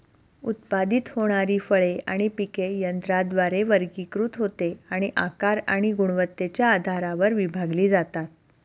उत्पादित होणारी फळे आणि पिके यंत्राद्वारे वर्गीकृत होते आणि आकार आणि गुणवत्तेच्या आधारावर विभागली जातात